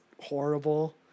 horrible